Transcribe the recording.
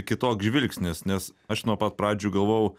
kitoks žvilgsnis nes aš nuo pat pradžių galvojau